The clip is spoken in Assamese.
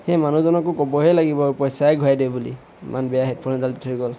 সেই মানুহজনকো ক'বহে লাগিব আৰু পইচাই ঘূৰাই দে বুলি ইমান বেয়া হেডফোন এডাল দি থৈ গ'ল